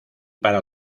para